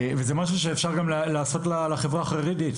זה משהו שאפשר לעשות גם בחברה החרדית.